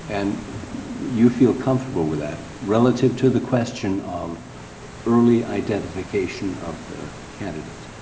and you feel comfortable with that, relative to the question of early identification of the candidate?